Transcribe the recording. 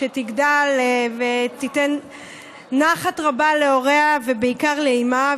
שתגדל ותיתן נחת רבה להוריה, ובעיקר לאימה.